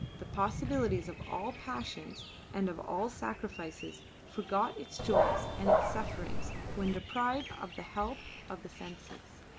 the possibilities of all passions and of all sacrifices, forgot its joys and its sufferings when deprived of the help of the senses.